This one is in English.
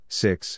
six